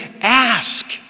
ask